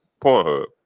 Pornhub